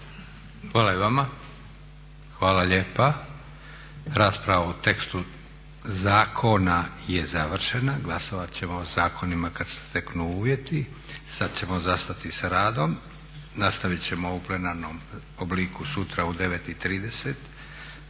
Hvala i vama. Hvala lijepa. Rasprava o tekstu zakona je završena. Glasovati ćemo o zakonima kada se steknu uvjeti. Sada ćemo zastati sa radom. Nastaviti ćemo u plenarnom obliku sutra u 9,30.,